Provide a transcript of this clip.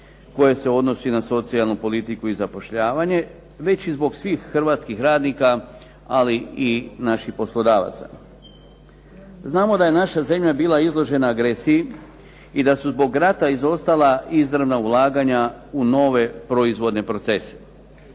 koje se odnosi na socijalnu politiku i zapošljavanje već i zbog svih hrvatskih radnika ali i naših poslodavaca. Znamo da je naša zemlja bila izložena agresiji i da su zbog rata izostala izravna ulaganja u nove proizvodne procese.